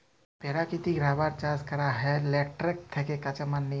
পেরাকিতিক রাবার চাষ ক্যরা হ্যয় ল্যাটেক্স থ্যাকে কাঁচা মাল লিয়ে